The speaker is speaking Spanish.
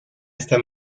esta